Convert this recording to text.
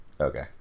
okay